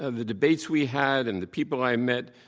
and the debates we had and the people i met.